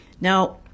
Now